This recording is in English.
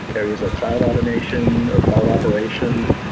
areas like cloud automation, or cloud operation,